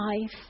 life